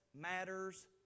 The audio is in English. matters